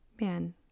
man